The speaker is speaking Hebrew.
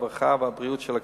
הרווחה והבריאות של הכנסת.